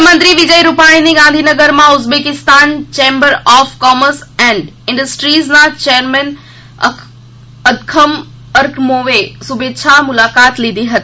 મુખ્યમંત્રી વિજય રૂપાણીની ગાંધીનગરમાં Uzbekistan chamber of commerce and ઇન્ડસ્ટ્રીઝના ચેરમેન અદ્ખમ અર્કમોવે શુભેચ્છા મુલાકાત લીધી હતી